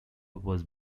was